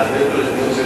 להעביר אותו לדיון.